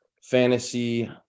Fantasy